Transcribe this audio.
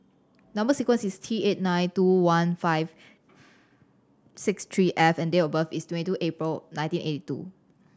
number sequence is T eight nine two one five six three F and date of birth is twenty two April nineteen eighty two